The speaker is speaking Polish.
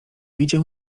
widział